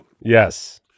Yes